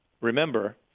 remember